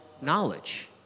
knowledge